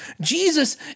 Jesus